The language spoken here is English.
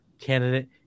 candidate